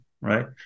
right